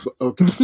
okay